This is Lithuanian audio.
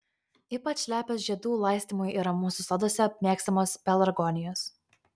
ypač lepios žiedų laistymui yra mūsų soduose mėgstamos pelargonijos